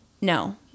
no